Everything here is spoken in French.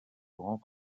grand